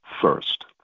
first